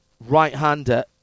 right-hander